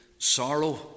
Sorrow